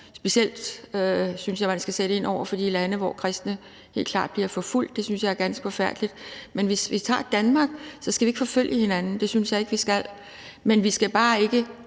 Specielt synes jeg at man skal sætte ind over for de lande, hvor kristne helt klart bliver forfulgt; det synes jeg er ganske forfærdeligt. Men hvis vi tager Danmark: Vi skal ikke forfølge hinanden, det synes jeg ikke at vi skal, men vi skal bare ikke